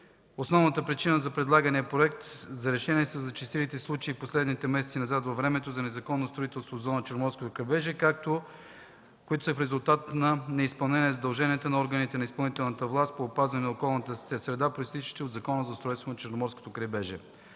Основната причина за предлаганият проект на решение са зачестилите случаи в последните месеци назад във времето на незаконно строителство в зоната на Черноморското крайбрежие, които са в резултат на неизпълнени задължения на органи на изпълнителната власт по опазване на околната среда, произтичащи от Закона